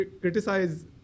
criticize